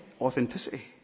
authenticity